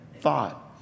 thought